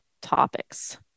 Topics